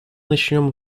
начнем